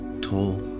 Tall